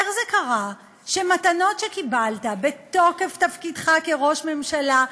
איך זה קרה שמתנות שקיבלת בתוקף תפקידך כראש ממשלה,